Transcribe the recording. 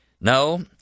No